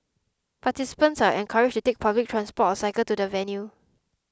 participants are encouraged take public transport or cycle to the venue